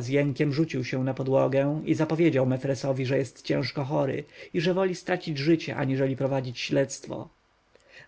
z jękiem rzucił się na podłogę i zapowiedział mefresowi mefresowi że jest ciężko chory i że woli stracić życie aniżeli prowadzić śledztwo